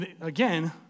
again